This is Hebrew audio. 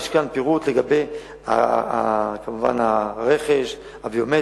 יש כאן פירוט כמובן לגבי הרכש הביומטרי,